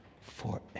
forever